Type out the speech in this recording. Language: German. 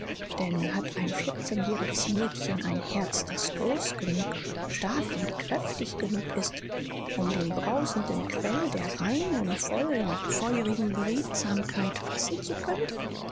denn hat ein vierzehnjähriges mädchen ein herz das groß genug stark und kräftig genug ist um den brausenden quell der reinen vollen feurigen beredsamkeit fassen zu können